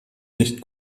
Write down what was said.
nicht